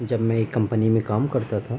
جب میں ایک کمپنی میں کام کرتا تھا